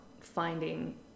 finding